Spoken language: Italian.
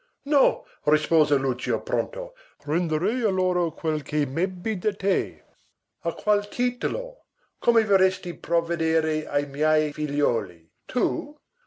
no rispose lucio pronto renderei a loro quel che m'ebbi da te a qual titolo come vorresti provvedere ai miei figliuoli tu